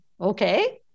okay